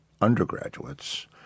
undergraduates